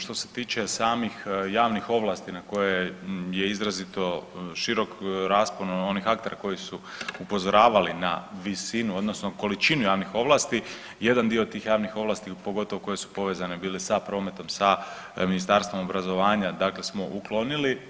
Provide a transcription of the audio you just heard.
Što se tiče samih javnih ovlasti na koje je izrazito širok raspon onih aktera koji su upozoravali na visinu, odnosno količinu javnih ovlasti, jedan dio tih javnih ovlasti pogotovo koje su povezane bile sa prometom, sa Ministarstvom obrazovanja dakle smo uklonili.